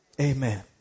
Amen